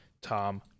Tom